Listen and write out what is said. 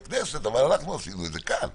למשל, בדוגמה הזאת,